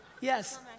Yes